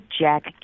Jack